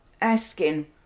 asking